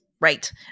right